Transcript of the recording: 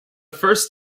first